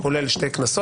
יותר קל מזה,